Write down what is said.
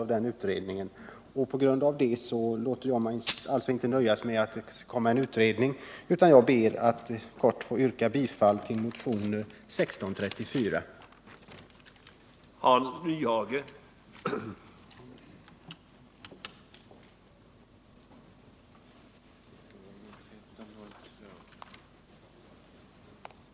Mot den bakgrunden låter jag mig inte nöja med motiveringen att det kommer att läggas fram ett utredningsförslag, utan jag ber att få yrka bifall till motionerna 1634 och 1302.